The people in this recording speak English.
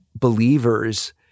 believer's